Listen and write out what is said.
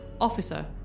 Officer